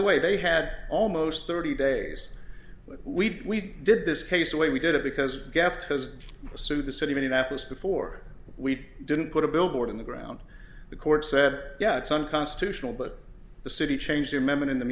the way they had almost thirty days but we did this case the way we did it because gaffed has sued the city minneapolis before we didn't put a billboard in the ground the court said yeah it's unconstitutional but the city changed their members in the